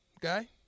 guy